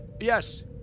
Yes